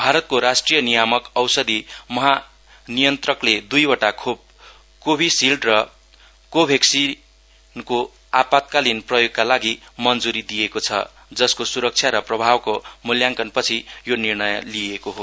भारतको राष्ट्रिय नियमक औषधि महानियन्त्रीले दुईवटा खोप कोविसिल्ड र कोभेक्सीनको आपातकालिन प्रयोगका लागि मञ्जुरी दिएको छ जसको सुरक्षा र प्रभावको मुल्याङकन पछि यो निर्णय लिइएको हो